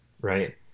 right